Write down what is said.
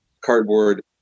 cardboard